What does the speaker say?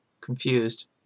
confused